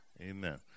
Amen